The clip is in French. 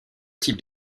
types